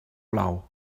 plou